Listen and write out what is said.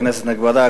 כנסת נכבדה,